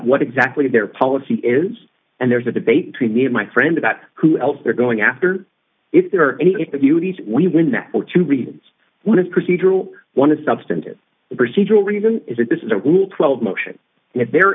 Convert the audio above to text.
what exactly their policy is and there's a debate between me and my friend about who else they're going after if there are any interviewees we win that for two reasons one is procedural one is substantive the procedural reason is that this is a rule twelve motion if they're